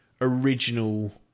original